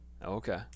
okay